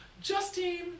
Justine